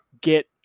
get